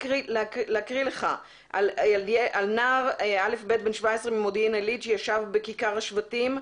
להקריא לך על נער א"ב בן 17 ממודיעין עלית שישב בכיכר השבטים.